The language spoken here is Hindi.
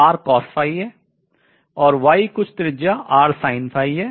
और y कुछ त्रिज्या है